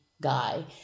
guy